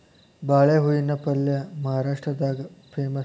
ಬಾಳೆ ಹೂವಿನ ಪಲ್ಯೆ ಮಹಾರಾಷ್ಟ್ರದಾಗ ಪೇಮಸ್